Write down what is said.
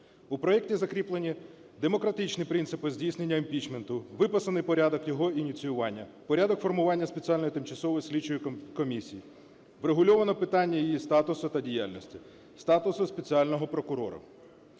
У проекті закріплені демократичні принципи здійснення імпічменту, виписаний порядок його ініціювання, порядок формування Спеціальної тимчасової слідчої комісії, врегульовано питання її статусу та діяльності, статусу спеціального прокурора,